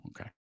okay